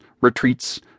retreats